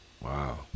Wow